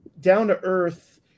down-to-earth